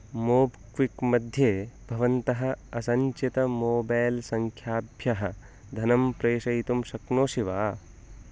mob quick मध्ये भवन्तः असञ्चितं मोबेल् सङ्ख्याभ्यः धनं प्रेषयितुं शक्नोषि वा